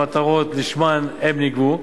למטרות שלשמן הם נגבו,